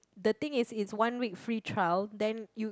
the thing is it's one week free trial then you